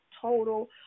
total